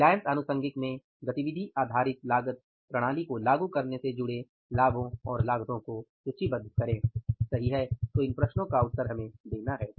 रिलायंस आनुषंगीक में ABC प्रणाली को लागू करने से जुड़े लाभों और लागतों को सूचीबद्ध करें सही है